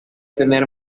tener